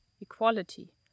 equality